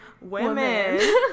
women